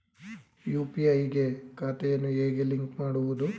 UPI ಗೆ ಖಾತೆಯನ್ನು ಹೇಗೆ ಲಿಂಕ್ ಮಾಡುವುದು?